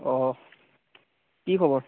অ কি খবৰ